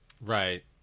Right